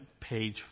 page